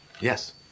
yes